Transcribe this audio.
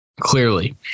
Clearly